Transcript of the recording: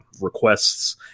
requests